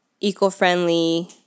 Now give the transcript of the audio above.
eco-friendly